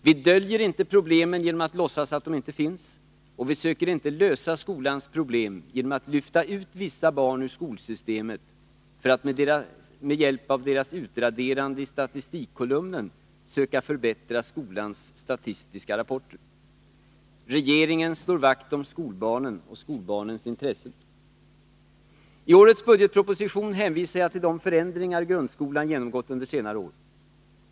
Vi döljer inte problemen genom att låtsas som om de inte finns, och vi söker inte lösa skolans problem genom att lyfta ut vissa barn ur skolsystemet för att med hjälp av deras utraderande i stastistikkolumnen söka förbättra skolans statistiska rapporter. Regeringen slår vakt om skolbarnen och skolbarnens intressen. I årets budgetproposition hänvisar jag till de förändringar som grundskolan genomgått under senare år.